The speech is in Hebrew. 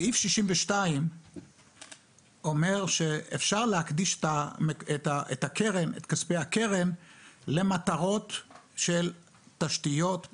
סעיף 62 אומר שאפשר להקדיש את כספי הקרן למטרות של תשתיות.